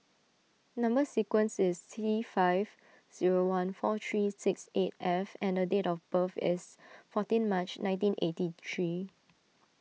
Number Sequence is T five zero one four three six eight F and a date of birth is fourteen March nineteen eighty three